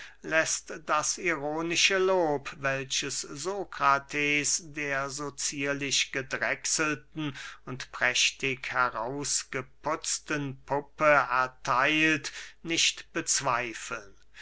läßt das ironische lob welches sokrates der so zierlich gedrechselten und prächtig heraus geputzten puppe ertheilt nicht bezweifeln